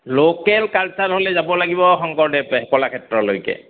local culture হ'লে যাব লাগিব শংকৰদেৱ কলাক্ষেত্ৰলৈকে